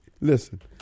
Listen